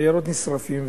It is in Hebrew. היערות נשרפים,